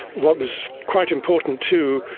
what was quite important too,